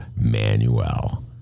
Manuel